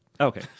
Okay